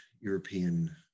European